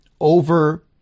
over